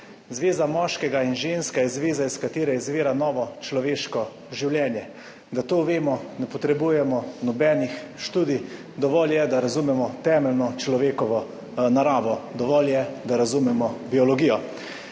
Zveza moškega in ženska je zveza, iz katere izvira novo človeško življenje. Da to vemo, ne potrebujemo nobenih študij, dovolj je, da razumemo temeljno človekovo naravo, dovolj je, da razumemo biologijo.